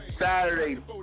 Saturday